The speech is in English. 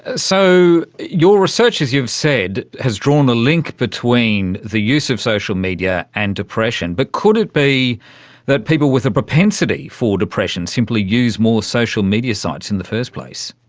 ah so your research, as you've said, has drawn a link between the use of social media and depression. but could it be that people with a propensity for depression simply use more social media sites in the first place?